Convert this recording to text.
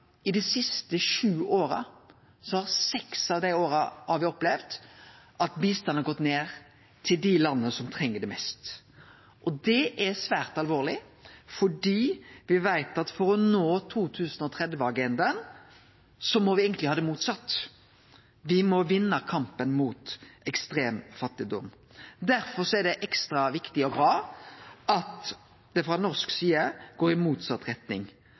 i seks av dei siste sju åra har me opplevd at bistanden har gått ned til dei landa som treng det mest. Det er svært alvorleg, for me veit at for å nå 2030-agendaen må det eigentleg vere motsett. Me må vinne kampen mot ekstrem fattigdom. Derfor er det ekstra viktig og bra at det frå norsk side går i motsett retning,